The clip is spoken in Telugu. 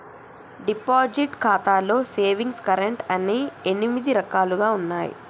డిపాజిట్ ఖాతాలో సేవింగ్స్ కరెంట్ అని ఎనిమిది రకాలుగా ఉన్నయి